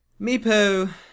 Meepo